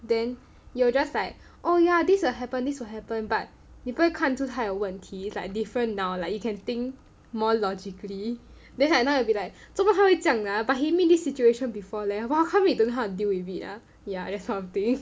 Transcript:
then you will just like oh yeah this will happen this will happen but 你不会看出他有问题 is like different now like you can think more logically then like now it'll be like 做么他会这样 ah but he meet this situation before leh !wah! how come he don't know how to deal with it ah that sort of thing